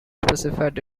specified